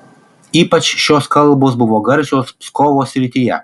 ypač šios kalbos buvo garsios pskovo srityje